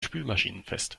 spülmaschinenfest